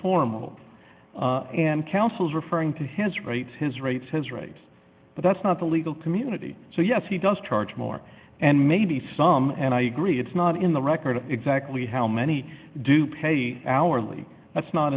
formal and counsel's referring to his rights his rights his rights but that's not the legal community so yes he does charge more and maybe some and i agree it's not in the record exactly how many do pay hourly that's not